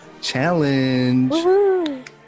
Challenge